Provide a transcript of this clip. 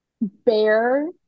bear